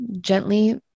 gently